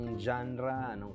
genre